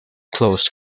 closed